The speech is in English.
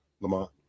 Lamont